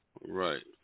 right